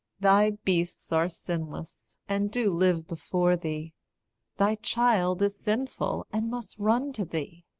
thy beasts are sinless, and do live before thee thy child is sinful, and must run to thee.